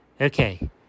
Okay